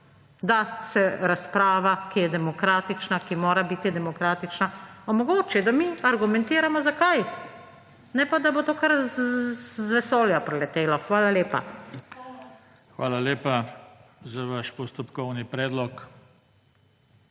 da se razprava, ki je demokratična, ki mora biti demokratična, omogoči. Da mi argumentiramo, zakaj, ne pa da bo to kar iz vesolja priletelo. Hvala lepa. **PODPREDSEDNIK JOŽE TANKO:** Hvala lepa za vaš postopkovni predlog.